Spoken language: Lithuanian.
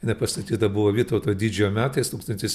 inai pastatyta buvo vytauto didžiojo metais tūkstantis